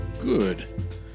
Good